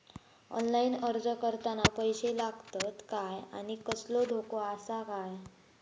Online अर्ज करताना पैशे लागतत काय आनी कसलो धोको आसा काय?